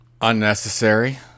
Unnecessary